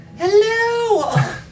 Hello